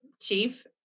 chief